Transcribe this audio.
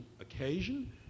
occasion